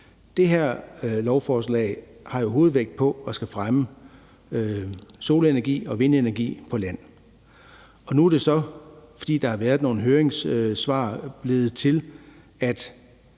Det her lovforslag har jo hovedvægt på at fremme solenergi og vindenergi på land, og nu er det så blevet til, fordi der har været nogle høringssvar, at det her